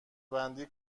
بندی